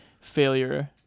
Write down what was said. failure